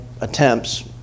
attempts